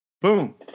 Boom